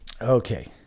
Okay